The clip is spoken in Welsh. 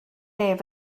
beth